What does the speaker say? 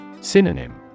Synonym